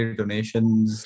donations